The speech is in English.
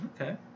Okay